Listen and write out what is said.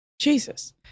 Jesus